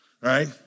right